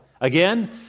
Again